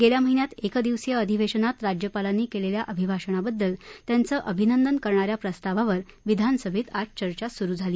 गेल्या महिन्यात एक दिवसीय अधिवेशान राज्यपालांनी केलेल्या अभिभाषणाबद्दल त्यांचं अभिनंदन करणा या प्रस्तावावर विधानसभेत आज चर्चा सुरू झाली